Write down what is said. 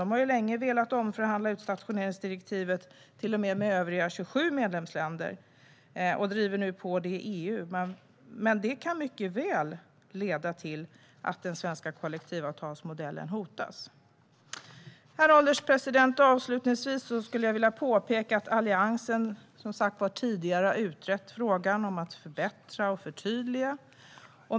De har ju länge velat omförhandla utstationeringsdirektivet till och med med övriga 27 medlemsländer och driver nu på det i EU, något som mycket väl leda till att den svenska kollektivavtalsmodellen hotas. Herr ålderspresident! Avslutningsvis skulle jag vilja påpeka att Alliansen som sagt var tidigare har utrett frågan om att förbättra och förtydliga.